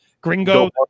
Gringo